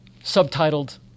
Subtitled